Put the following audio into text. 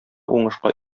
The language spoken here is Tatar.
уңышка